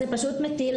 זה פשוט מטיל